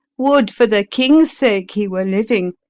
would, for the king's sake, he were living!